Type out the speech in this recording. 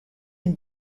and